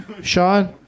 Sean